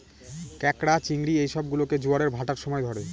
ক্যাঁকড়া, চিংড়ি এই সব গুলোকে জোয়ারের ভাঁটার সময় ধরে